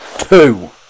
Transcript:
Two